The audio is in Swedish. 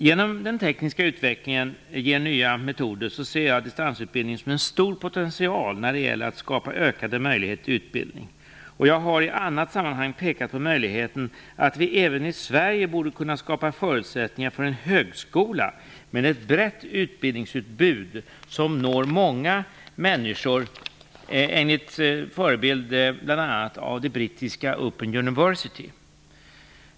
Genom att den tekniska utbildningen skapar nya metoder, ser jag distansutbildningen som en stor potential när det gäller att skapa ökade möjligheter till utbildning. Jag har i annat sammanhang pekat på möjligheten att vi även i Sverige borde skapa förutsättningar för en högskola med ett brett utbildningsutbud som når många människor enligt förebild bl.a. av det brittiska Open University.